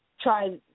try